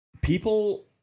people